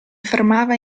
fermava